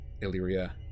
Illyria